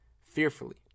fearfully